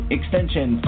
Extension